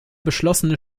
beschlossene